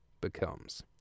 becomes